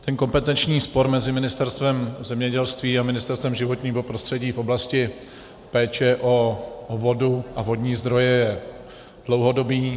Ten kompetenční spor mezi Ministerstvem zemědělství a Ministerstvem životního prostředí v oblasti péče o vodu a vodní zdroje je dlouhodobý.